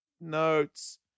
notes